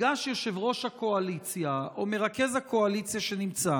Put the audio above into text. ייגש יושב-ראש הקואליציה או מרכז הקואליציה שנמצא,